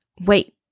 Wait